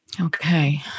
Okay